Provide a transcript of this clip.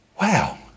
wow